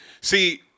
See